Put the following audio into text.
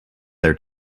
their